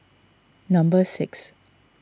number six